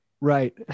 right